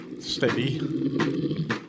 Steady